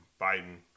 Biden